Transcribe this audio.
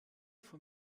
von